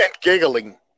Giggling